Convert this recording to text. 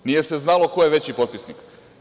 Nije se znalo ko je veći potpisnik.